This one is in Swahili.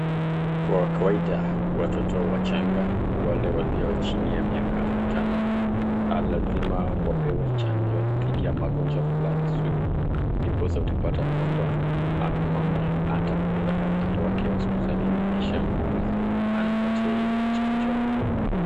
Kwa kawaida watoto wachanga, wale walio chini ya miaka mitano, lazima wapewe chanjo dhidi ya magonjwa fulani sugu. Ndiposa utapata kwamba mama atampeleka mtoto wake hospitalini kisha muhuguzi anampatia ile chanjo.